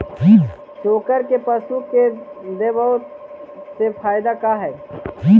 चोकर के पशु के देबौ से फायदा का है?